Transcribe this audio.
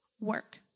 work